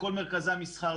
לכל מרכזי המסחר,